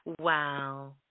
Wow